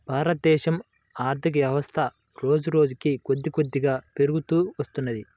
భారతదేశ ఆర్ధికవ్యవస్థ రోజురోజుకీ కొద్దికొద్దిగా పెరుగుతూ వత్తున్నది